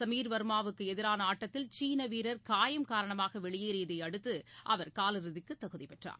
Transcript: சமீர் வர்மாவுக்குஎதிரானஆட்டத்தில் சீனவீரர் காயம் காரணமாகவெளியேறியதைஅடுத்துஅவர் காலிறுதிக்குதகுதிபெற்றார்